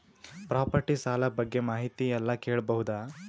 Property ಸಾಲ ಬಗ್ಗೆ ಮಾಹಿತಿ ಎಲ್ಲ ಕೇಳಬಹುದು?